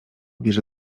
bierze